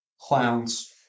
clowns